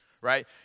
right